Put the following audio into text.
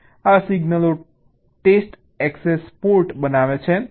આ સિગ્નલો test access port બનાવે છે